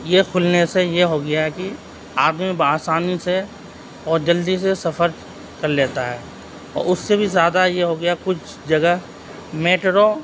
یہ کھلنے سے یہ ہو گیا ہے کہ آدمی بآسانی سے اور جلدی سے سفر کر لیتا ہے اور اس سے بھی زیادہ یہ ہوگیا کچھ جگہ میٹرو